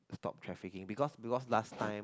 stop trafficking because because last time